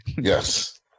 Yes